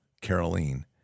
Caroline